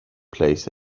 place